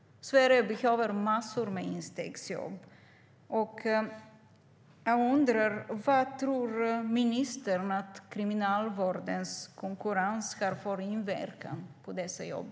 Sverige behöver massor av instegsjobb. Jag undrar vad ministern tror att Kriminalvårdens konkurrens har för inverkan på dessa jobb.